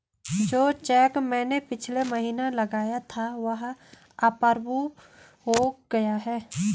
जो चैक मैंने पिछले महीना लगाया था वह अप्रूव हो गया है